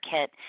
kit